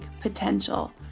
potential